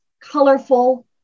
colorful